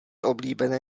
oblíbené